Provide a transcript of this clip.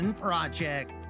Project